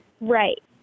Right